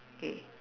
K